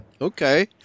okay